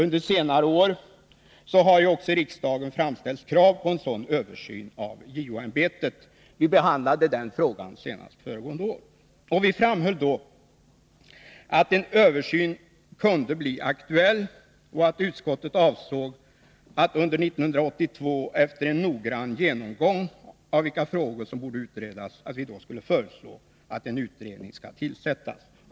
Under senare år har ju också i riksdagen framställts krav på en sådan översyn. Vi behandlade den frågan senast föregående år, och vi framhöll då att en översyn kunde bli aktuell och att utskottet avsåg att under 1982 — efter en noggrann genomgång av vilka frågor som borde utredas — föreslå att en utredning skall tillsättas.